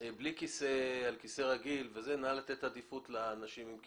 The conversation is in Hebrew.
על כיסא רגיל, נא לתת עדיפות לאנשים עם כיסאות.